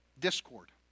discord